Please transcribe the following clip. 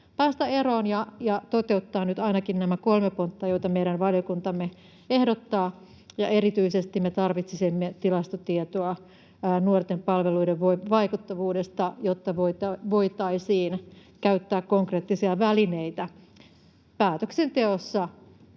päästä eroon ja toteuttaa nyt ainakin nämä kolme pontta, joita meidän valiokuntamme ehdottaa. Erityisesti me tarvitsisimme tilastotietoa nuorten palveluiden vaikuttavuudesta, jotta voitaisiin käyttää konkreettisia välineitä päätöksenteossa,